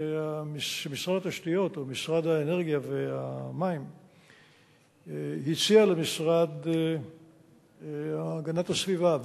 שמשרד התשתיות או משרד האנרגיה והמים הציע למשרד להגנת הסביבה,